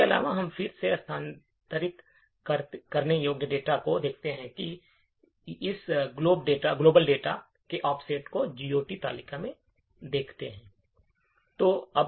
इसके अलावा हम फिर से स्थानांतरित करने योग्य डेटा को देख सकते हैं और इस वैश्विक डेटा के ऑफसेट को GOT तालिका में देख सकते हैं